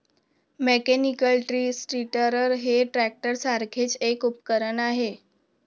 mechanical tree stirrer हे ट्रॅक्टरसारखेच एक उपकरण आहे